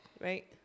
right